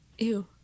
Ew